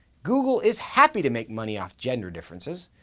google is happy to make money off gender differences,